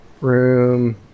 room